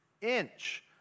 inch